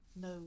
no